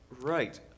Right